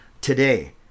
today